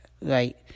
right